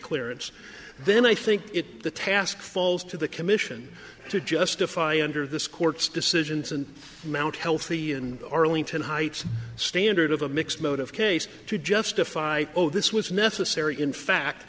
clearance then i think it the task falls to the commission to justify under this court's decisions and mount healthy in arlington heights standard of a mixed mode of case to justify oh this was necessary in fact